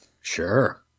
Sure